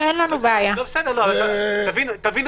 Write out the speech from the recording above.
מנגד, נתונים